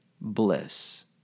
bliss